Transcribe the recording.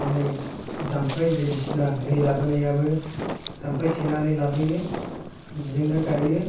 बिदिनो जामफै बायदिसिना दै लाबोनायाबो जामफै थेनानै लाबोयो बेजोंनो गायो